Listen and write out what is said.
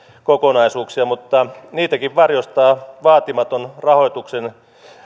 kokonaisuuksia mutta niitäkin varjostaa vaatimaton rahoituksen